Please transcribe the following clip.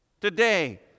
today